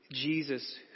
Jesus